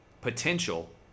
Potential